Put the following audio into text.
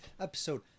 episode